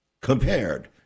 compared